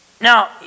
Now